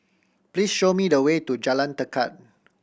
please show me the way to Jalan Tekad